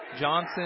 Johnson